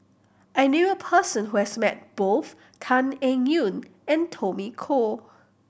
I knew a person who has met both Tan Eng Yoon and Tommy Koh